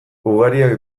ugariak